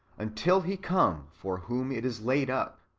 until he come for whom it is laid up,